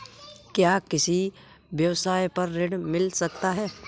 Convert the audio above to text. क्या किसी व्यवसाय पर ऋण मिल सकता है?